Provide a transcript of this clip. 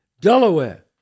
Delaware